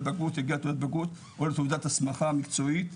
בגרות יגיע לתעודת בגרות או לתעודת הסמכה מקצועית,